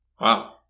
Wow